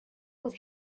would